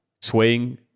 swaying